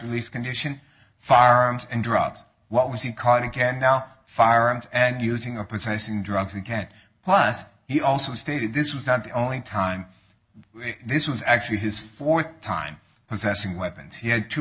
release condition firearms and drugs what was he caught again now firearms and using a precise in drugs he can't plus he also stated this was not the only time this was actually his fourth time possessing weapons he had two